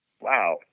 wow